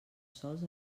sols